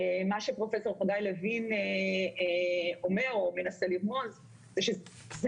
מה שפרופסור חגי לוין אומר או מנסה לרמוז זה שזה